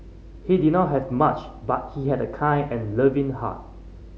he did not have much but he had a kind and loving heart